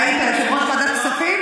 היית יושב-ראש ועדת הכספים,